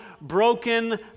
broken